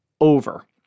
over